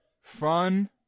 fun